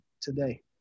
today